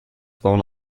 thrown